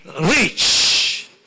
rich